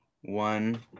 one